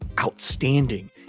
outstanding